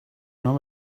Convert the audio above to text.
not